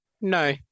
no